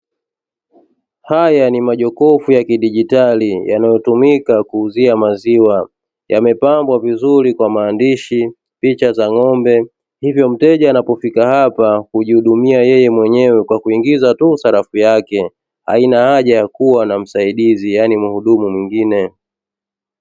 Haya ni majokofu ya kidigitali yanayo tumika kuuzia maziwa, yamepambwa vizuri kwa maandishi, picha za ng'ombe, hivyo mteja anapofika hapa hujihudumia yeye mwenyewe kwa kuingiza tu sarafu yake, haina haja ya kuwa na msaidizi yaani muhudumu mwingine.